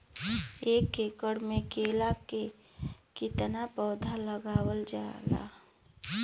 एक एकड़ में केला के कितना पौधा लगावल जाला?